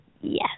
Yes